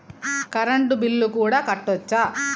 Current bill కూడా కట్టొచ్చా?